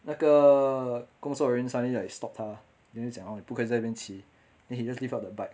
那个工作人员 suddenly like stop 他 then 就讲 oh 你不可以在这边骑 then he just lift up the bike